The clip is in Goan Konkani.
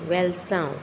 वेलसांव